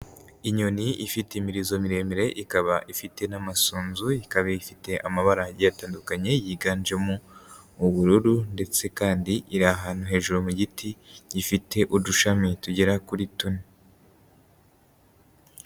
Inyoni ifite imirizo miremire, ikaba ifite n'amasunzu, ikaba ifite amabara agiye atandukanye yiganjemo ubururu ndetse kandi iri ahantu hejuru mu giti, gifite udushami tugera kuri tune.